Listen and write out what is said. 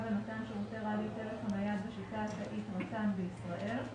למתן שירותי רדיו טלפון נייד בשיטה התאית (רט"ן) בישראל,